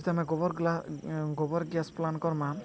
ଯଦି ଆମେ ଗୋବର ଗୋବର ଗ୍ୟାସ ପ୍ଲାଣ୍ଟ କରିବା